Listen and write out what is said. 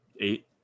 Eight